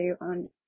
on